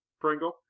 Pringle